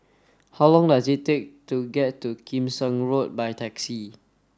how long does it take to get to Kim Seng Road by taxi